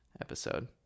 episode